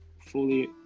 fully